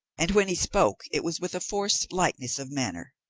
and when he spoke it was with a forced lightness of manner.